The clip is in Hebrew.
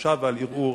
חולשה וערעור,